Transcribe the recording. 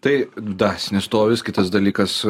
tai dvasinis stovis kitas dalykas